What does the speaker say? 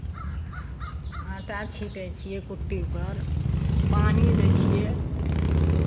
आँटा छीँटै छियै कुट्टीपर पानि दै छियै